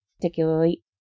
particularly